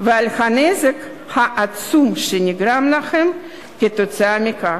ולנזק העצום שנגרם להם כתוצאה מכך.